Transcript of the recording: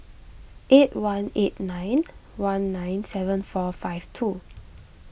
eight one eight nine one nine seven four five two